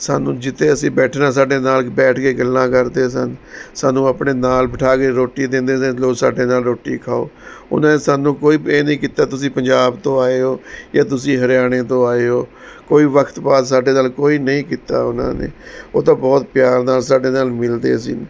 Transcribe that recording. ਸਾਨੂੰ ਜਿੱਥੇ ਅਸੀਂ ਬੈਠਣਾ ਸਾਡੇ ਨਾਲ ਬੈਠ ਕੇ ਗੱਲਾਂ ਕਰਦੇ ਸਨ ਸਾਨੂੰ ਆਪਣੇ ਨਾਲ ਬਿਠਾ ਕੇ ਰੋਟੀ ਦਿੰਦੇ ਕਿ ਲਓ ਸਾਡੇ ਨਾਲ ਰੋਟੀ ਖਾਓ ਉਹਨਾਂ ਨੇ ਸਾਨੂੰ ਕੋਈ ਪੇ ਨਹੀਂ ਕੀਤਾ ਤੁਸੀਂ ਪੰਜਾਬ ਤੋਂ ਆਏ ਹੋ ਜਾਂ ਤੁਸੀਂ ਹਰਿਆਣੇ ਤੋਂ ਆਏ ਹੋ ਕੋਈ ਵਕਤ ਪਾਤ ਸਾਡੇ ਨਾਲ ਕੋਈ ਨਹੀਂ ਕੀਤਾ ਉਹਨਾਂ ਨੇ ਉਹ ਤਾਂ ਬਹੁਤ ਪਿਆਰ ਨਾਲ ਸਾਡੇ ਨਾਲ ਮਿਲਦੇ ਸੀ